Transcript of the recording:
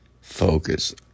focus